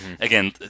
again